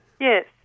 Yes